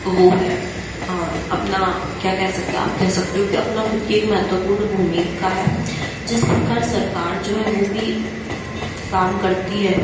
वो है अपना क्या कह सकते हैं आप कह सकते हो कि अपना खुद की एक महत्वपूर्ण भूमिका है जिस प्रकार सरकार जो है वो भी काम करती है